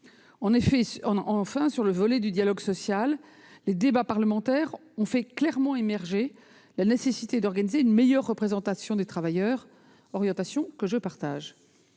Enfin, concernant le volet du dialogue social, les débats parlementaires ont fait clairement émerger la nécessité d'organiser une meilleure représentation des travailleurs ; je partage